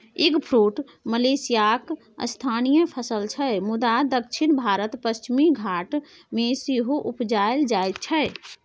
eggfruit मलेशियाक स्थानीय फसल छै मुदा दक्षिण भारतक पश्चिमी घाट मे सेहो उपजाएल जाइ छै